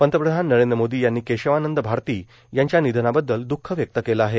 पंतप्रधान नरेंद्र मोदी यांनी केशवानंद भारती यांच्या निधनाबद्दल द्ःख व्यक्त केले आहे